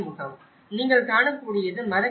எனவே நீங்கள் காணக்கூடியது மதக் கட்டடங்கள்